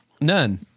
None